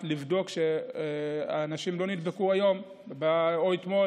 לבדוק שהאנשים לא נדבקו היום או אתמול.